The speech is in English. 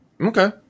Okay